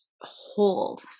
hold